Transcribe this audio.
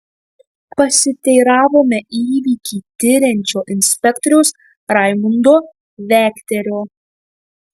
pasiteiravome įvykį tiriančio inspektoriaus raimundo vekterio